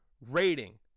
rating